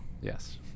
Yes